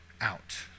out